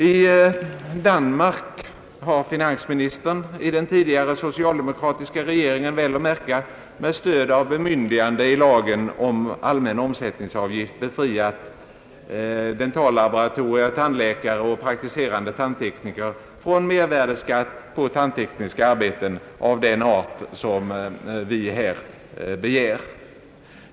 I Danmark har finansministern — i den tidigare socialdemokratiska regeringen väl att märka — med stöd av bemyndigande i lagen om allmän omsättningsavgift befriat dentallaboratorier, tandläkare och praktiserande tandtekniker från mervärdeskatt på tandtekniska arbeten av den art vi här diskuterar.